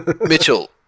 Mitchell